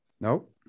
Nope